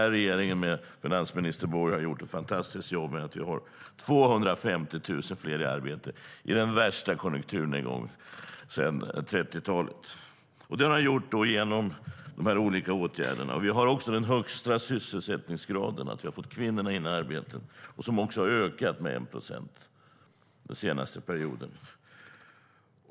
Regeringen med finansminister Borg har gjort ett fantastiskt jobb. Vi har fått 250 000 fler i arbete i den värsta konjunkturnedgången sedan 30-talet, och det har skett genom de olika åtgärderna. Vi har också den högsta sysselsättningsgraden bland kvinnor - vi har fått in kvinnorna i arbete - som också har ökat med en procent den senaste perioden.